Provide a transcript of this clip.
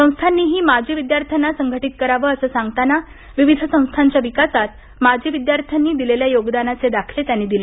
संस्थांनीही माजी विद्यार्थ्यांना संघटित करावं असं सांगताना विविध संस्थांच्या विकासात माजी विद्यार्थ्यांनी दिलेल्या योगदानाचे दाखले त्यांनी दिले